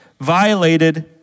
violated